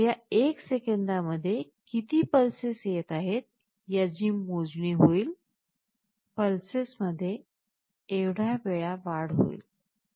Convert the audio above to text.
तर या एका सेकंदामध्ये किती पल्सेस येत आहेत याची मोजणी होईल पल्सेस मध्ये एवढ्या वेळा वाढ होईल